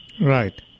Right